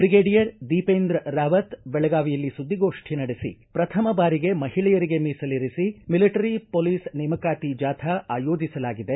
brigadier Deependra Rawat ಬೆಳಗಾವಿಯಲ್ಲಿ ಸುದ್ದಿಗೋಷ್ಠಿ ನಡೆಸಿ ಪ್ರಥಮ ಬಾರಿಗೆ ಮಹಿಳೆಯರಿಗೆ ಮೀಸಲಿರಿಸಿ ಮಿಲಿಟರಿ ಮೊಲೀಸ್ ನೇಮಕಾತಿ ಜಾಥಾ ಆಯೋಜಿಸಲಾಗಿದೆ